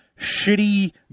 shitty